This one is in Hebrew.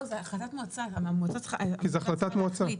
לא זו החלטת מועצה, המועצה צריכה לתת את החלטתה.